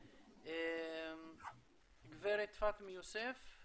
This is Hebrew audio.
תציג, בבקשה, את עצמך.